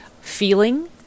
feeling